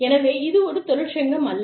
எனவே இது ஒரு தொழிற்சங்கம் அல்ல